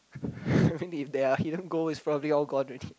if they are here gold is probably all gone already